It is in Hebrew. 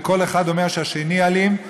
וכל אחד אומר שהשני אלים.